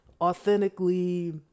authentically